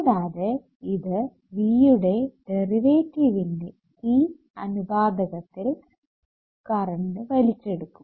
കൂടാതെ ഇത് V യുടെ ഡെറിവേറ്റീവിന്റെ C അനുപാതകത്തിൽ കറണ്ട് വലിച്ചെടുക്കും